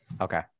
Okay